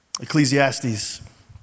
Ecclesiastes